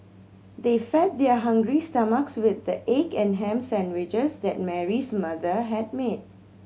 they fed their hungry stomachs with the egg and ham sandwiches that Mary's mother had made